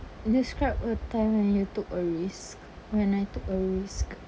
describe a time when you took a risk when I took a risk